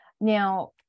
now